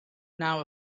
now